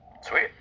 sweet